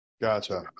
Gotcha